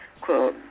quote